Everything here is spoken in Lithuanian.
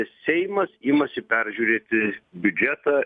seimas imasi peržiūrėti biudžetą